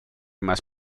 más